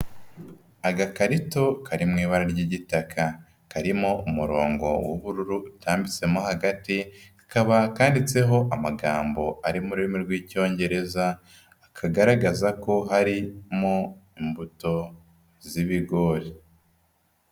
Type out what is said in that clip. Agakarito kari mu ibara ry'igitaka. Karimo umurongo w'ubururu utambitsemo hagati, kakaba kandiditseho amagambo ari mu rurimi rw'Icyongereza, akagaragaza ko harimo imbuto z'ibigori.